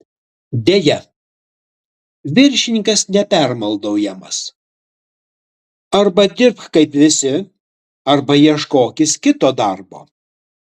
deja viršininkas nepermaldaujamas arba dirbk kaip visi arba ieškokis kito darbo